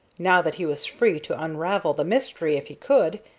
now that he was free to unravel the mystery if he could,